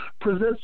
presents